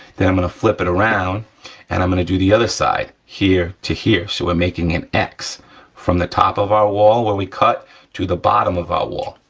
then i'm gonna flip it around and i'm gonna do the other side, here to here, so we're making an x from the top of our wall where we cut to the bottom of our wall,